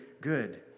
good